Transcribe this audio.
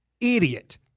idiot